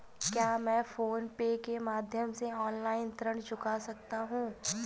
क्या मैं PhonePe के माध्यम से ऑनलाइन ऋण चुका सकता हूँ?